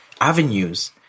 avenues